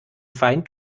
feind